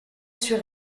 sur